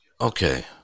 Okay